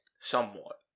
somewhat